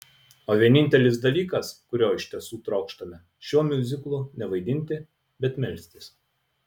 o vienintelis dalykas kurio iš tiesų trokštame šiuo miuziklu ne vaidinti bet melstis